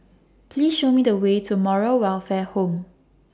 Please Show Me The Way to Moral Welfare Home